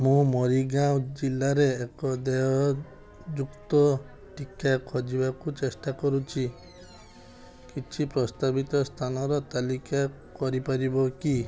ମୁଁ ମରିଗାଓଁ ଜିଲ୍ଲାରେ ଏକ ଦେୟଯୁକ୍ତ ଟିକା ଖୋଜିବାକୁ ଚେଷ୍ଟା କରୁଛି କିଛି ପ୍ରସ୍ତାବିତ ସ୍ଥାନର ତାଲିକା କରିପାରିବ କି